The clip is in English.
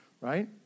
Right